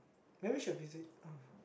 maybe she will visit oh